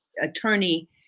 attorney